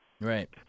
Right